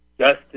Justice